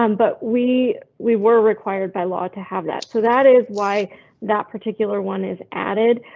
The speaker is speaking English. um but we we were required by law to have that. so that is why that particular one is added.